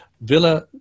villa